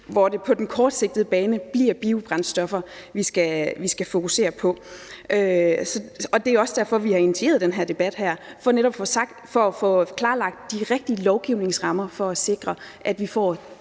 hvor det på den korte bane bliver biobrændstoffer, vi skal fokusere på. Og det er også derfor, vi har initieret den her debat, altså for netop for at få klarlagt de rigtige lovgivningsrammer for at sikre, at vi får